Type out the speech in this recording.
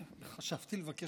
חשבתי לבקש